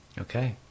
Okay